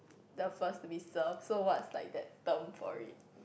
the first to be served so what's like that term for it